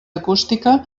acústica